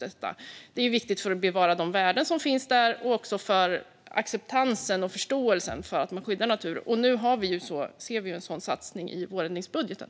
Detta är viktigt för att bevara de värden som finns där och för acceptansen och förståelsen för att man skyddar natur. Nu ser vi också en sådan satsning i vårändringsbudgeten.